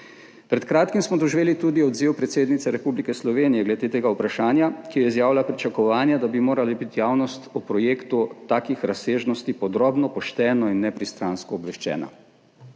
Pred kratkim smo doživeli tudi odziv predsednice Republike Slovenije glede tega vprašanja, ki je izrazila pričakovanje, da bi morala biti javnost o projektu takih razsežnosti podrobno, pošteno in nepristransko obveščena.